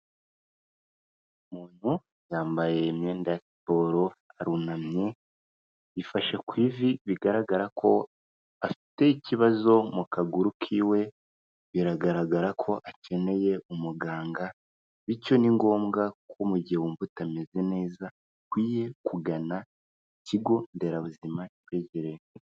Umuntu yambaye imyenda ya sipolo arunamye, yifashe ku ivi bigaragara ko afite ikibazo mu kaguru kiwe, biragaragara ko akeneye umuganga. Bityo ni ngombwa ko mu gihe wumva utameze neza akwiye kugana ikigo nderabuzima kikwegereye.